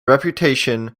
reputation